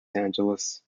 angeles